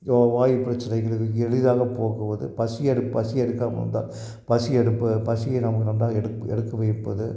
யோ வாய்வு பிரச்சினைகளுக்கு எளிதான போக்குவது பசி எடுப் பசி எடுக்காமல் இருந்தால் பசி எடுப்பது பசியை நமக்கு நன்றாக எடுப்பு எடுக்க வைப்பது